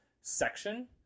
section